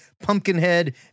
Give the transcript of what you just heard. Pumpkinhead